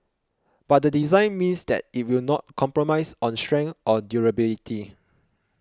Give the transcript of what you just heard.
but the design means that it will not compromise on strength or durability